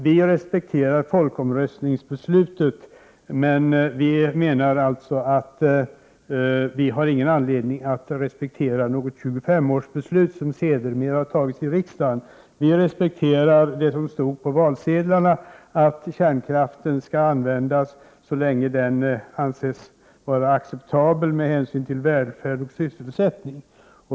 Vi respekterar folkomröstningsbeslutet, men vi hävdar att vi inte har anledning att respektera något 25-årsbeslut, som sedermera har tagits i riksdagen. Vi respekterar det som stod på valsedlarna, dvs. att kärnkraften skall användas så länge den anses vara acceptabel med hänsyn till välfärd och sysselsättning.